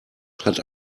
hat